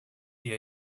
dir